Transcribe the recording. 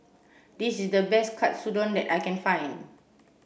this is the best Katsudon that I can find